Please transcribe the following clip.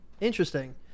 Interesting